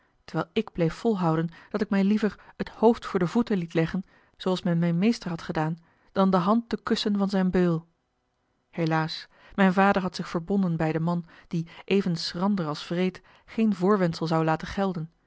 terwijl ik bleef volhouden dat ik mij liever het hoofd voor de voeten liet leggen zooals men mijn meester had gedaan dan de hand te kussen van zijn beul helaas mijn vader had zich verbonden bij den man die even schrander als wreed geen voorwendsel zou laten gelden